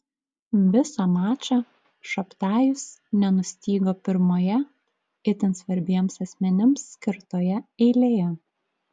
visą mačą šabtajus nenustygo pirmoje itin svarbiems asmenims skirtoje eilėje